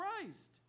Christ